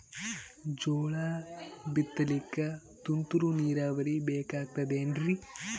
ಜೋಳ ಬಿತಲಿಕ ತುಂತುರ ನೀರಾವರಿ ಬೇಕಾಗತದ ಏನ್ರೀ?